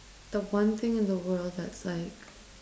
the one thing in the world that's like